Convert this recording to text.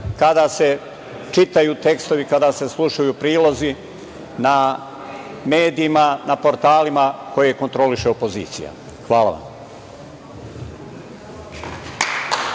kada se čitaju tekstovi, kada se slušaju prilozi na medijima, na portalima koje kontroliše opozicija. Hvala vam.